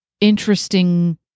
interesting